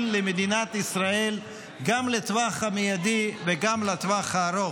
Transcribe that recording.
למדינת ישראל גם לטווח המיידי וגם לטווח הארוך,